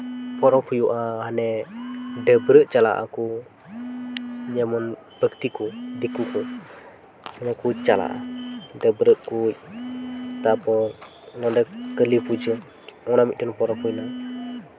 ᱯᱚᱨᱚᱵᱽ ᱦᱩᱭᱩᱜᱼᱟ ᱦᱟᱰᱮ ᱰᱟᱹᱵᱽᱨᱟᱹᱜ ᱪᱟᱞᱟᱜ ᱟᱠᱚ ᱡᱮᱢᱚᱱ ᱵᱮᱠᱛᱤ ᱠᱚ ᱫᱤᱠᱩ ᱠᱚ ᱱᱩᱠᱩ ᱠᱚ ᱪᱟᱞᱟᱜᱼᱟ ᱰᱟᱹᱵᱽᱨᱟᱹᱜ ᱠᱚ ᱛᱟᱨᱯᱚᱨ ᱱᱚᱸᱰᱮ ᱠᱟᱹᱞᱤᱯᱩᱡᱟᱹ ᱱᱚᱸᱰᱮ ᱢᱤᱫᱴᱮᱱ ᱯᱚᱨᱚᱵᱽ ᱦᱩᱭ ᱱᱟ